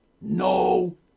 no